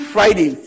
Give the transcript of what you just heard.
Friday